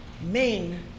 main